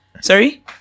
Sorry